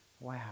Wow